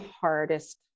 hardest